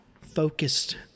focused